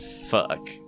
Fuck